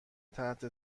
تحت